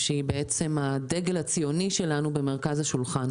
הדגל הציוני שלנו,